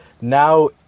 now